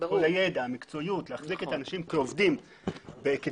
קטנה להחזיק את האנשים והידע,